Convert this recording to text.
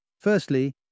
Firstly